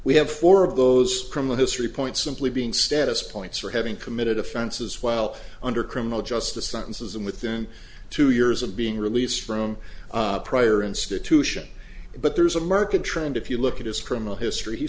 we have four of those criminal history point simply being status points for having committed offenses while under criminal justice sentences and within two years of being released from a prior institution but there's a market trend if you look at his criminal history he